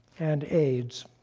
and aids,